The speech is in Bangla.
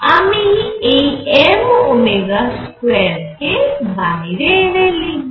আমি এই m ওমেগা স্কয়ার কে বাইরে এনে লিখব